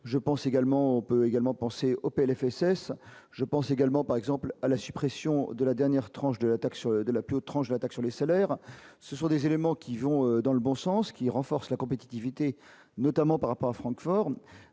je pense également, on peut également penser au PLFSS je pense également, par exemple à la suppression de la dernière tranche de la taxe sur de la plus haute tranche l'attaque sur les salaires, ce sont des éléments qui vont dans le bon sens, ce qui renforce la compétitivité, notamment par rapport à Francfort,